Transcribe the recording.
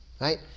Right